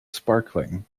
sparkling